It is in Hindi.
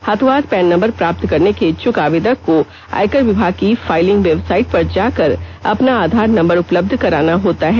हाथोंहाथ पैन नम्बर प्राप्त करने के इच्छुक आवेदक को आयकर विभाग की ई फाईलिंग वेबसाइट पर जाकर अपना आधार नम्बर उपलब्ध कराना होता है